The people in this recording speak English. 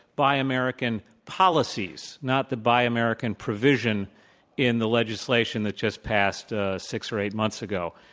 buy american policies, not the buy american provision in the legislation that just passed six or eight months ago.